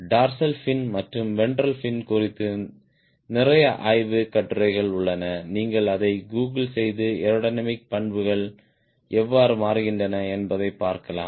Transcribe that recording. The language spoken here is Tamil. டார்சல் ஃபின் மற்றும் வென்ட்ரல் ஃபின் குறித்து நிறைய ஆய்வுக் கட்டுரைகள் உள்ளன நீங்கள் அதை கூகிள் செய்து ஏரோடைனமிக் பண்புகள் எவ்வாறு மாறுகின்றன என்பதைப் பார்க்கலாம்